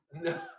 No